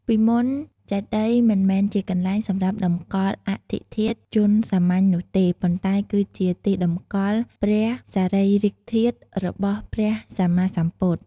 ពីមុនចេតិយមិនមែនជាកន្លែងសម្រាប់តម្កល់អដ្ឋិធាតុជនសាមញ្ញនោះទេ ប៉ុន្តែគឺជាទីតម្កល់ព្រះសារីរិកធាតុរបស់ព្រះសម្មាសម្ពុទ្ធ។